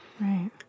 right